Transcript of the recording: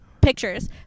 pictures